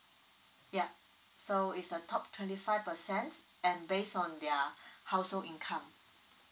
yeah so is a top twenty five percent and base on their household income